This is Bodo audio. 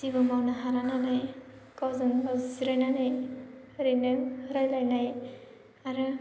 जेबो मावनो हाला नालाय गावजों गाव जिरायनानै ओरैनो रायलाइनाय आरो